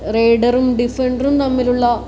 റൈഡറും ഡിഫൻഡറും തമ്മിലുള്ള